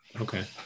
Okay